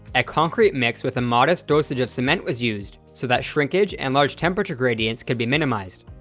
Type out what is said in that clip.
a concrete mix with a modest dosage of cement was used so that shrinkage and large temperature gradients could be minimized.